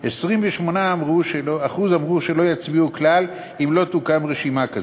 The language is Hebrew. ו-28% אמרו שלא יצביעו כלל אם לא תוקם רשימה כזאת.